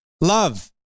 love